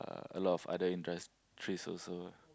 (uh)a lot of industries also